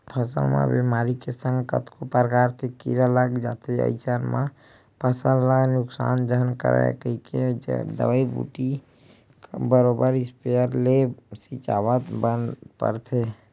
फसल म बेमारी के संग कतको परकार के कीरा लग जाथे अइसन म फसल ल नुकसान झन करय कहिके दवई बूटी बरोबर इस्पेयर ले छिचवाय बर परथे